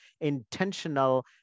intentional